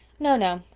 no, no,